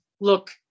look